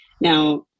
Now